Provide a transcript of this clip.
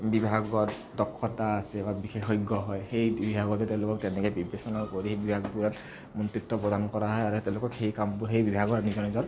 বিভাগত দক্ষ্যতা আছে বা বিশেষজ্ঞ হয় সেই বিভাগতে তেওঁলোকক তেনেকে বিবেচনা কৰি বিভাগবোৰত মন্ত্ৰীত্ব প্ৰদান কৰা হয় আৰু তেওঁলোকক সেই কামবোৰ সেই বিভাগৰ নিজৰ নিজৰ